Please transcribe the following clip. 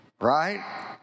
Right